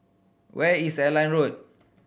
where is Airline Road